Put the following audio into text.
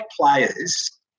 players